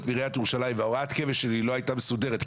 מעיריית ירושלים והוראת הקבע שלי לא הייתה מסודרת,